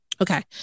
okay